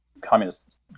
communist